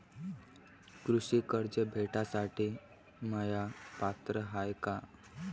कृषी कर्ज भेटासाठी म्या पात्र हाय का?